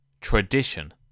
Tradition